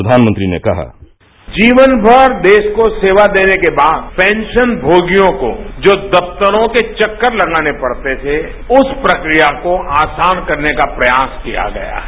प्रधानमंत्री ने कहा जीवनभर देश को सेवा देने के बाद पेंशन भोगियों को जो दफ्तरों के चक्कर लगाने पड़ते थे उस प्रक्रिया को आसान करने का प्रयास किया गया है